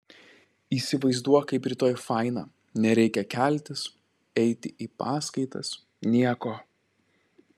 įsivaizduok kaip rytoj faina nereikia keltis eiti į paskaitas nieko